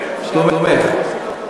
תומך.